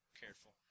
careful